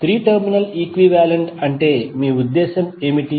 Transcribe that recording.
3 terminal equivalent అంటే మీ ఉద్దేశ్యం ఏమిటి